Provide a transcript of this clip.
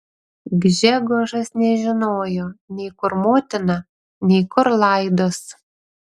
gžegožas nežinojo nei kur motina nei kur laidos